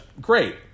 Great